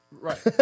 Right